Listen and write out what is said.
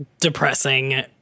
depressing